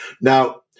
now